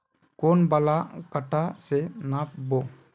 कौन वाला कटा से नाप बो?